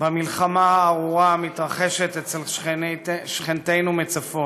במלחמה הארורה המתרחשת אצל שכנתנו מצפון.